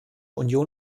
union